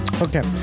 Okay